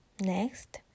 next